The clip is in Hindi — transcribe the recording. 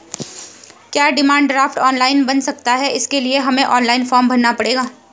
क्या डिमांड ड्राफ्ट ऑनलाइन बन सकता है इसके लिए हमें ऑनलाइन फॉर्म भरना पड़ेगा?